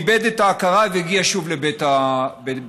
הוא איבד את ההכרה והגיע שוב לבית החולים.